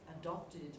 adopted